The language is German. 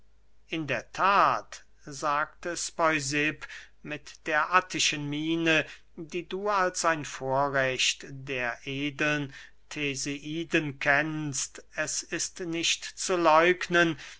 in der that sagte speusipp mit der attischen miene die du als ein vorrecht der edeln theseiden kennst es ist nicht zu läugnen